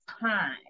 time